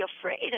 afraid